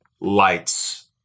lights